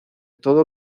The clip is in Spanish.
todo